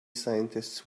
scientists